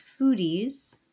foodies